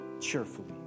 cheerfully